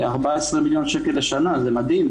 14 מיליון שקל לשנה זה נדיב,